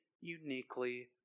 uniquely